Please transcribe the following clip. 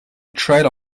trail